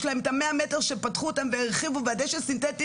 יש להם 100 מטר שפתחו והרחיבו והדשא הסינטטי